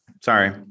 Sorry